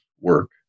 work